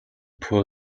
pull